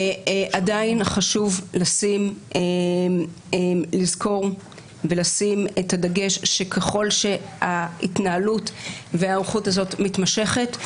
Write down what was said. ועדיין חשוב לזכור ולשים את הדגש על כך שככל שההתנהלות הזאת מתמשכת,